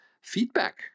feedback